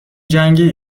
جنگی